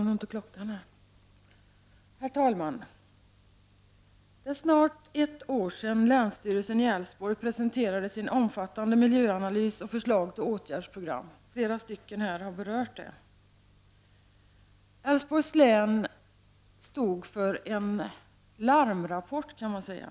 Herr talman! Det är snart ett år sedan länsstyrelsen i Älvsborg presenterade sin omfattande miljöanalys och förslag till åtgärdsprogram. Flera talare här har berört det. Älvsborgs län stod för en larmrapport, kan man säga.